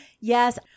Yes